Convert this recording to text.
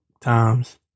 Times